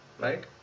right